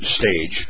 stage